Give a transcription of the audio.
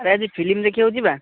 ଆରେ ଆଜି ଫିଲ୍ମ ଦେଖିବାକୁ ଯିବା